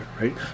right